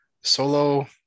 Solo